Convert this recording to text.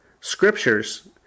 scriptures